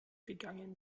begannen